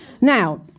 Now